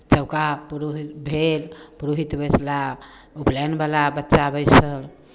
चौका पुरोहित भेल पुरोहित बैसला उपनयनवला बच्चा बैसल